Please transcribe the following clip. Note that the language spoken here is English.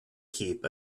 keep